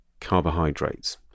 carbohydrates